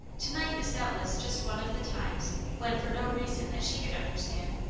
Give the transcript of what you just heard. to-night was doubtless just one of the times when, for no reason that she could understand,